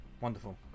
wonderful